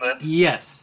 Yes